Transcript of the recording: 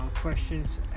questions